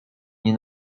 nie